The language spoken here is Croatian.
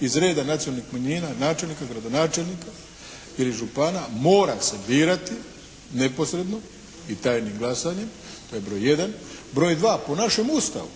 iz rada nacionalnih manjina načelnika, gradonačelnika ili župana mora se birati neposredno i tajnim glasanjem, to je broj jedan. Broj dva, po našem Ustavu